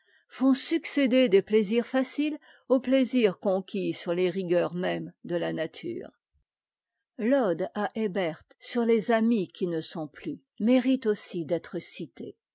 font succéder des plaisirs faciles aux plaisirs conquis sur les rigueurs mêmes de la nature l'ode à ébert sur les amis qui ne sont plus mérite aussi d'être citée